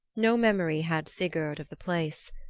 no memory had sigurd of the place.